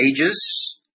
Ages